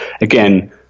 again